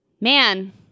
Man